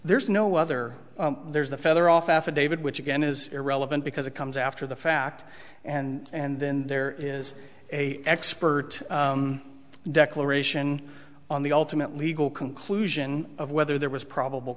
there's no other there's the feather off affidavit which again is irrelevant because it comes after the fact and then there is a expert declaration on the ultimate legal conclusion of whether there was probable